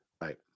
Right